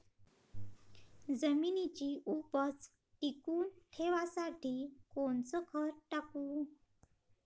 जमिनीची उपज टिकून ठेवासाठी कोनचं खत टाकू?